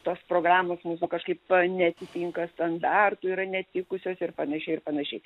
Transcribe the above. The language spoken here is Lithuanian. tos programos mūsų kažkaip va neatitinka standartų yra netikusios ir panašiai ir panašiai